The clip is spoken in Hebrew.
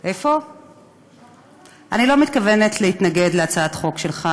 אני לא מתכוונת להתנגד להצעת החוק שלך.